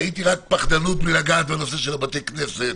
ראיתי רק פחדנות מלגעת בנושא של בתי הכנסת,